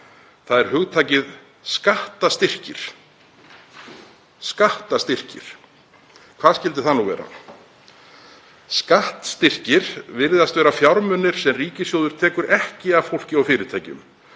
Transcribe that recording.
Það er hugtakið skattstyrkir. Hvað skyldi það nú vera? Skattstyrkir virðast vera fjármunir sem ríkissjóður tekur ekki af fólki og fyrirtækjum.